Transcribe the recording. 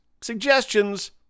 suggestions